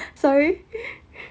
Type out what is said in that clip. sorry